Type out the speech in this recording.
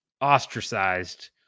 ostracized